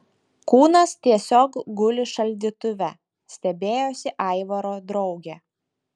kūnas tiesiog guli šaldytuve stebėjosi aivaro draugė